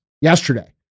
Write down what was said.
yesterday